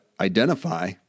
identify